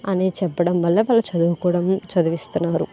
అని చెప్పడం వల్ల వాళ్ళు చదువుకోవడం చదివిస్తున్నారు